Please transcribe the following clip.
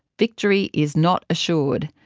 victory is not assured.